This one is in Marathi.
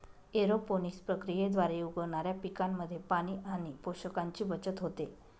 एरोपोनिक्स प्रक्रियेद्वारे उगवणाऱ्या पिकांमध्ये पाणी आणि पोषकांची बचत होते